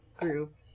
group